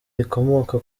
rikomoka